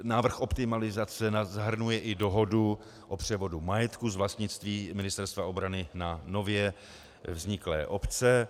Návrh optimalizace zahrnuje i dohodu o převodu majetku z vlastnictví Ministerstva obrany na nově vzniklé obce.